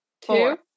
Two